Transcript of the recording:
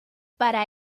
para